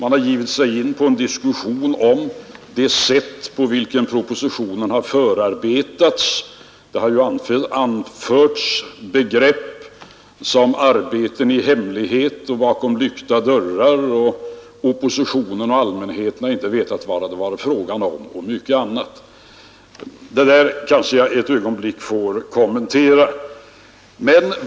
Man har givit sig in på en diskussion om det sätt på vilket propositionen har förarbetats — det har talats om arbete i hemlighet och bakom lyckta dörrar, man har sagt att oppositionen och allmänheten inte har vetat vad det varit fråga om och mycket annat. Det där kanske jag ett ögonblick får kommentera.